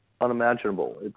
unimaginable